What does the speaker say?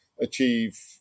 achieve